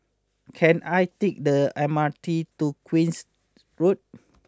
can I take the M R T to Queen's Road